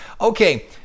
Okay